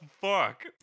fuck